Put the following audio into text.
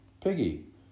Piggy